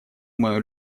мою